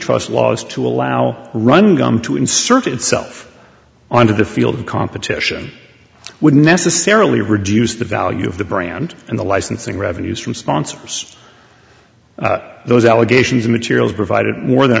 antitrust laws to allow run gum to insert itself onto the field of competition would necessarily reduce the value of the brand and the licensing revenues from sponsors those allegations materials provided more than